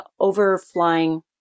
overflying